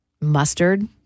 Mustard